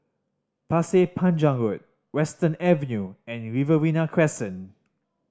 Pasir Panjang Road Western Avenue and Riverina Crescent